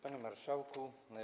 Panie Marszałku!